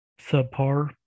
subpar